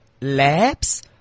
Labs